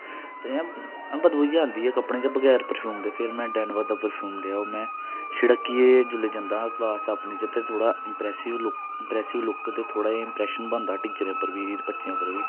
ते इ'यां बदबू जेही आंदी ही कपड़े च बगैर परफ्यूम दे फिर में डैनवर दा परफ्यूम लेआ ओह् में छड़कियै जेल्लै जंदा हा क्लास अपनी च ते थोह्ड़ा इमर्सिव लुक इमर्सिव लुक दे थोह्ड़ा जेहा इम्प्रशैन बनदा हा टीचरें उप्पर बी बच्चें उप्पर बी